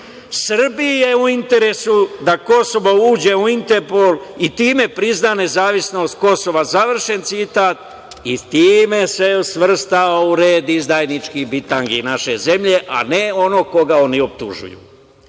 „Srbiji je u interesu da Kosovo uđe u Interpol i time prizna nezavisnost Kosova“ i time se svrstao u red izdajničkih bitangi naše zemlje, a ne onog koga oni optužuju. Nenad